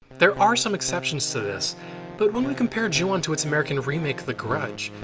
there are some exceptions to this but when we compare juon to its american remake, the grudge,